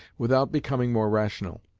without becoming more rational